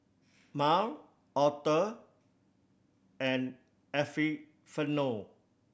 Mal Author and Epifanio